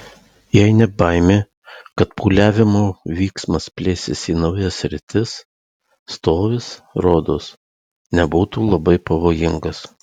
jei ne baimė kad pūliavimo vyksmas plėsis į naujas sritis stovis rodos nebūtų labai pavojingas